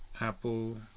Apple